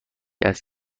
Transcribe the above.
است